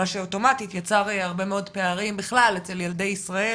מה שאוטומטית יצר הרבה מאוד פערים בכלל אצל ילדי ישראל,